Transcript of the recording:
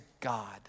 God